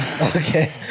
Okay